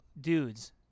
Dudes